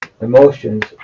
Emotions